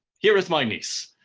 here is my niece,